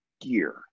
gear